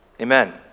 Amen